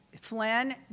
Flynn